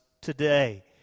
today